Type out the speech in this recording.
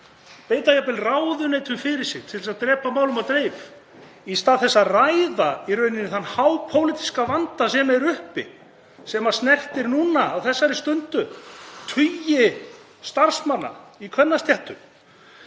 beita jafnvel ráðuneytum fyrir sig til þess að drepa málum á dreif í stað þess að ræða þann hápólitíska vanda sem er uppi og snertir núna á þessari stundu tugi starfsmanna í kvennastéttum